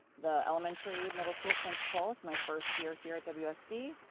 the elementary middle school principal. it's my first year here at wsd.